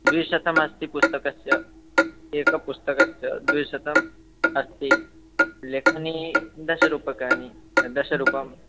द्विशतमस्ति पुस्तकस्य एकस्य पुस्तकस्य द्विशतम् अस्ति लेखनी दशरूप्यकाणि दशरूप्यकाणि